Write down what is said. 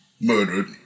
murdered